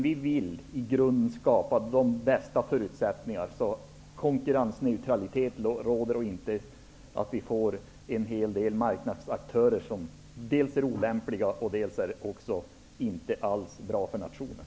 Vi vill i grunden skapa de bästa förutsättningar, så att konkurrensneutralitet råder och vi inte får en hel del marknadsaktörer som dels är olämpliga, dels inte alls bra för nationen.